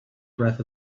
breath